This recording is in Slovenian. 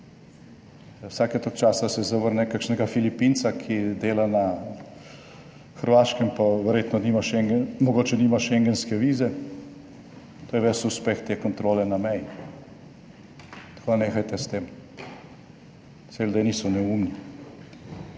Vsake toliko časa se zavrne kakšnega Filipinca, ki dela na Hrvaškem pa verjetno , mogoče nima Schengenske vize. To je ves uspeh te kontrole na meji, tako da nehajte s tem, saj ljudje niso neumni.